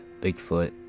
Bigfoot